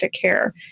care